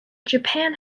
japan